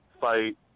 fight